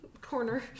corner